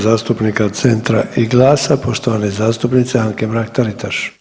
zastupnika Centra i GLAS-a poštovane zastupnice Anke Mrak-Taritaš.